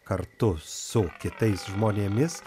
kartu su kitais žmonėmis